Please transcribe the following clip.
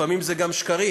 לפעמים זה גם שקרים,